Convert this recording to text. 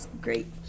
great